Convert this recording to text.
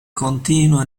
continua